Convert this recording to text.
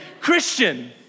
Christian